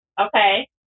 Okay